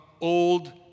old